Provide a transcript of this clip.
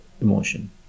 emotion